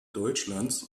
deutschlands